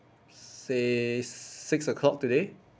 say six o'clock today